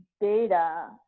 data